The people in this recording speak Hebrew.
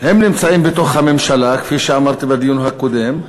הם נמצאים בתוך הממשלה, כפי שאמרתי בדיון הקודם,